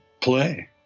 play